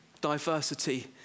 diversity